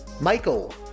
Michael